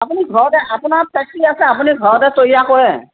আপুনি ঘৰতে আপোনাৰ ফেক্টৰী আছে আপুনি ঘৰতে তৈয়াৰ কৰে